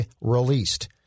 released